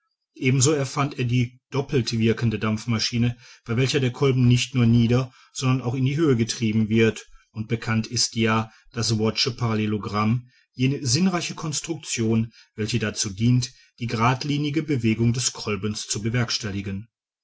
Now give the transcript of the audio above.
ebenso erfand er die doppelt wirkende dampfmaschine bei welcher der kolben nicht nur nieder sondern auch in die höhe getrieben wird und bekannt ist ja das watt'sche parallelogramm jene sinnreiche construktion welche dazu dient die gradlinige bewegung des kolbens zu bewerkstelligen